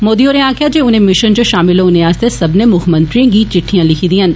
मोदी होरें आक्खेआ जे उने मिषन च षामल होने आस्ते सब्बनें मुक्खमंत्रियें गी चिट्टीयां लिखियां न